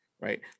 right